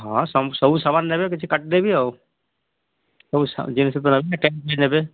ହଁ ସବୁ ସାମାନ ନେବେ କିଛି କାଟିଦେବି ଆଉ ସବୁ ଜିନିଷ ତ ନେବେ ନା ଟାଇମ୍ ନେବେ